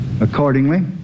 Accordingly